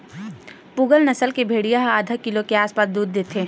पूगल नसल के भेड़िया ह आधा किलो के आसपास दूद देथे